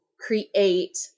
create